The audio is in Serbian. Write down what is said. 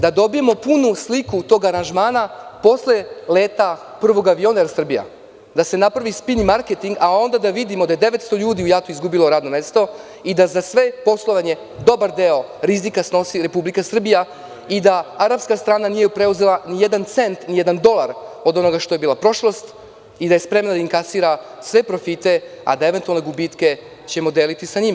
Da dobijemo punu sliku tog aranžmana posle leta prvog aviona „Er Srbija“, da se napravi spin marketing, a onda da vidimo da je 900 ljudi u JAT-u izgubilo radno mesto i za svo poslovanje dobar deo rizika snosi Republika Srbija i da arapska strana nije preuzela nijedan cent, nijedan dolar od onoga što je bila prošlost i da je spremna da inkasira sve profite, a da ćemo eventualne gubitke deliti sa njima.